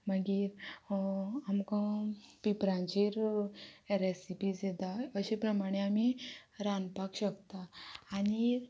मागीर आमकां पेपरांचेर रेसिपीज येता अशे प्रमाणे आमी रांदपाक शकता आनी